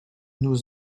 nous